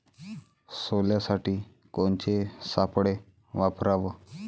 सोल्यासाठी कोनचे सापळे वापराव?